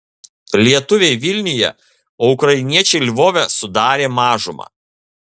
lietuviai vilniuje o ukrainiečiai lvove sudarė mažumą